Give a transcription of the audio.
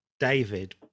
David